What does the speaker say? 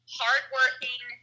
hardworking